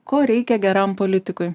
ko reikia geram politikui